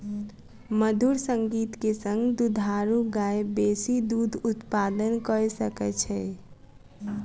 मधुर संगीत के संग दुधारू गाय बेसी दूध उत्पादन कअ सकै छै